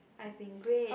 I've been great